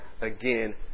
again